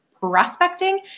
Prospecting